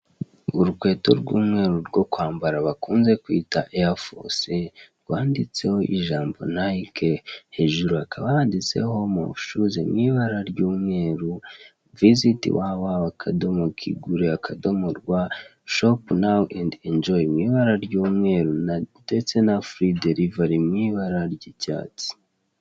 Urukweto rw'umweru bakunze kwambara bakunze kwita eyafosi, rwanditseho ijambo nayike hejuru hakaba handitse home ofu shuzi mu ibara ry'umweru, viziti wawawa akadomo kigure akadomo rwa shopu nawu endi injoyi mu ibara ry'umweru ndetse na furi derivari mu ibara ry'icyatsi.